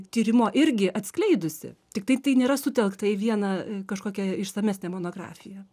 tyrimo irgi atskleidusi tiktai tai nėra sutelkta į vieną kažkokią išsamesnę monografiją